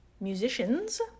musicians